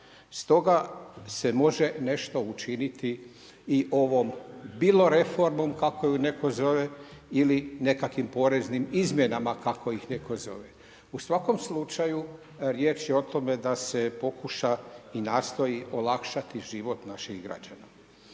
Stoga se može nešto učiniti i ovom, bilo reformom kako ju netko zove ili nekakvim poreznim izmjenama kako ih netko zove. U svakom slučaju riječ je o tome da se pokuša i nastoji olakšati život naših građana.